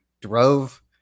drove